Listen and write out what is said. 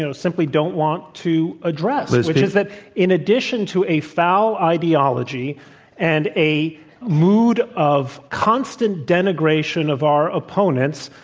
you know simply don't want to address liz which is that in addition to a foul ideology and a mood of constant denigration of our opponents,